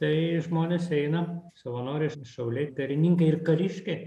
tai žmonės eina savanoriai šauliai karininkai ir kariškiai